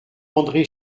andré